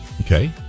Okay